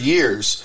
Years